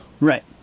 Right